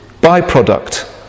byproduct